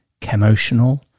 chemotional